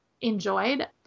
enjoyed